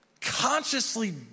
consciously